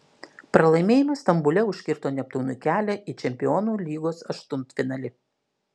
pralaimėjimas stambule užkirto neptūnui kelią į čempionų lygos aštuntfinalį